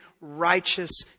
righteous